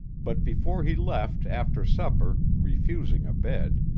but before he left after supper, refusing a bed,